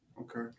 Okay